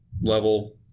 level